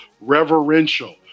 reverential